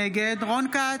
נגד רון כץ,